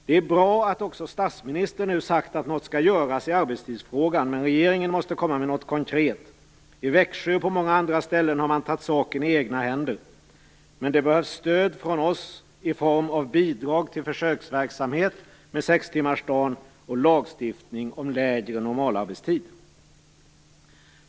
Det är bra att också statsministern nu har sagt att något skall göras i arbetstidsfrågan. Men regeringen måste komma med något konkret. I Växjö och på många andra ställen har man tagit saken i egna händer. Men det behövs stöd från oss i form av bidrag till försöksverksamhet med sextimmarsdagen och lagstiftning om kortare normalarbetstid.